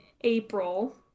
April